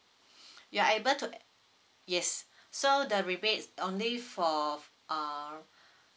you're able to yes so the rebate only for uh